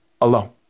alone